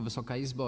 Wysoka Izbo!